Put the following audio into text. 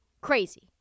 Crazy